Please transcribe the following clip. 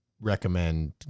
recommend